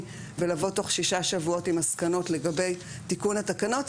ולבוא תוך שישה שבועות עם מסקנות לגבי תיקון התקנות,